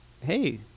hey